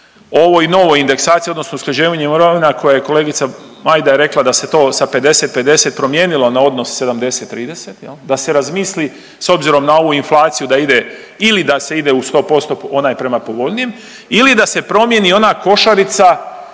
ovoj novoj indeksaciji, odnosno usklađivanju mirovina koje je kolegica Majda rekla da se to sa 50-50 promijenilo na odnos 70-30, da se razmisli, s obzirom na ovu inflaciju da ide, ili da se ide u 100% onaj prema povoljnijem ili da se promijeni ona košarica